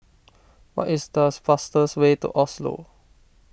what is the fastest way to Oslo